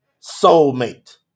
soulmate